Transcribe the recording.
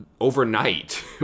overnight